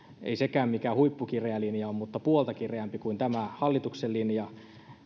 ei sekään mikään huippukireä linja ole mutta puolta kireämpi kuin tämä hallituksen linja